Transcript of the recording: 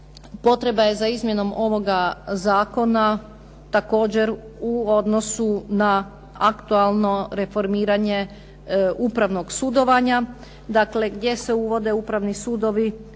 potreba je izmjena ovoga zakona također u odnosu na aktualno reformiranje upravnog sudovanja. Dakle gdje se uvode upravni sudovi